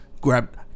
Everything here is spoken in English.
Grab